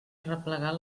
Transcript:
arreplegar